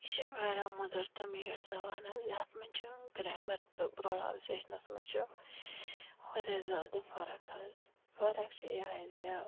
یہِ چھِ واریاہ مٔدٕر تہٕ میٖٹھ زبان حظ یَتھ منٛز چھُ گریمَر تہٕ پرونونسییشنَس منٛز چھُ واریاہ زیادٕ فرق حظ فَرق چھِ یِہے زِ